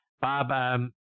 Bob